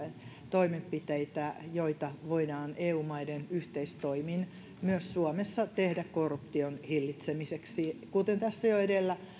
toimenpiteitä joita voidaan eu maiden yhteistoimin myös suomessa tehdä korruption hillitsemiseksi kuten tässä jo edellä